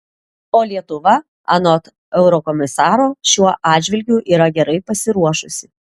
o lietuva anot eurokomisaro šiuo atžvilgiu yra gerai pasiruošusi